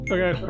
Okay